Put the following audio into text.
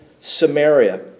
Samaria